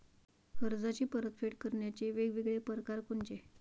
कर्जाची परतफेड करण्याचे वेगवेगळ परकार कोनचे?